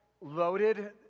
loaded